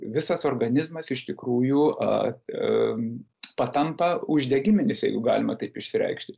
visas organizmas iš tikrųjų a e patampa uždegiminis jeigu galima taip išreikšti